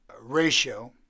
ratio